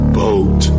boat